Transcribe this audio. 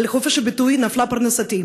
על חופש הביטוי נפלה פרנסתי,